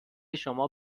شما